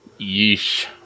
Yeesh